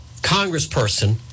congressperson